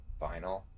vinyl